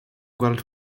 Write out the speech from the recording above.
gweld